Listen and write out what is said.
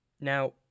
Now